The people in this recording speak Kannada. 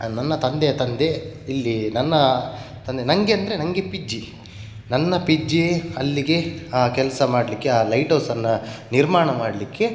ನನ್ನ ತಂದೆಯ ತಂದೆ ಇಲ್ಲಿ ನನ್ನ ತಂದೆ ನನಗೆ ಅಂದರೆ ನನಗೆ ಪಿಜ್ಜಿ ನನ್ನ ಪಿಜ್ಜಿ ಅಲ್ಲಿಗೆ ಆ ಕೆಲಸ ಮಾಡಲಿಕ್ಕೆ ಆ ಲೈಟ್ಹೌಸನ್ನು ನಿರ್ಮಾಣ ಮಾಡಲಿಕ್ಕೆ